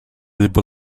libo